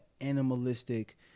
animalistic